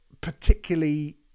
particularly